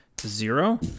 Zero